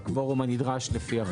בקוורום הנדרש לפי החוק.